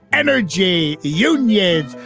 energy unions.